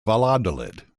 valladolid